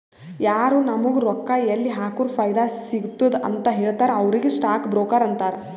ಯಾರು ನಾಮುಗ್ ರೊಕ್ಕಾ ಎಲ್ಲಿ ಹಾಕುರ ಫೈದಾ ಸಿಗ್ತುದ ಅಂತ್ ಹೇಳ್ತಾರ ಅವ್ರಿಗ ಸ್ಟಾಕ್ ಬ್ರೋಕರ್ ಅಂತಾರ